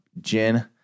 gin